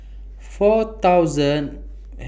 four thousand